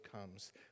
comes